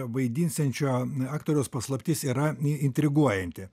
vaidinsiančio aktoriaus paslaptis yra i intriguojanti